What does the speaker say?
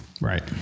right